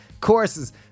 courses